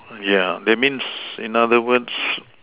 yeah that means in other words